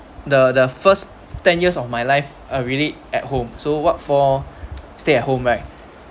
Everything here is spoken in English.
the the first ten years of my life are really at home so what for stay at home right